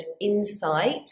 insight